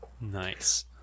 Nice